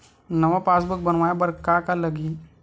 नवा पासबुक बनवाय बर का का लगही?